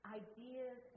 ideas